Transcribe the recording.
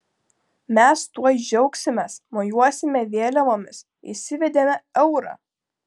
mes tuoj džiaugsimės mojuosime vėliavomis įsivedėme eurą